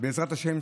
בעזרת השם,